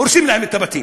הורסים להם את הבתים.